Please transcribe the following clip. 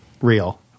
Real